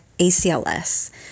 ACLS